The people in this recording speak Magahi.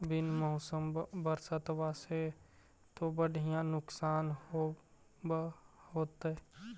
बिन मौसम बरसतबा से तो बढ़िया नुक्सान होब होतै?